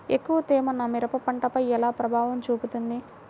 ఎక్కువ తేమ నా మిరప పంటపై ఎలా ప్రభావం చూపుతుంది?